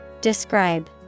Describe